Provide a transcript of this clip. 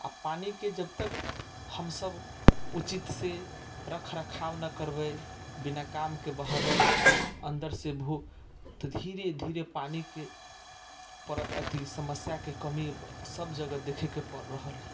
आ पानिके जब तक हमसभ उचितसँ रख रखाव नहि करबै बिना कामके बहेबै अन्दरसँ भू तऽ धीरे धीरे पानिके पर अथी समस्याके कमी सभजगह देखयके पड़ि रहल हइ